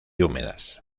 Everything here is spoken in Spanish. húmedas